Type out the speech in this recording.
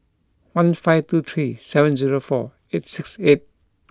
one five two three seven zero four eight six eight